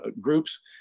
groups